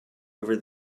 over